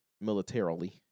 militarily